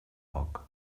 poc